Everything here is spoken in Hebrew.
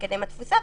למקדם התפוסה,